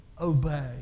obey